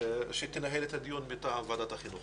שתנהל את הדיון מטעם ועדת החינוך.